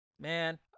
Man